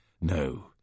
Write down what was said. No